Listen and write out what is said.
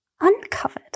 uncovered